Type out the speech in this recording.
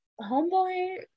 homeboy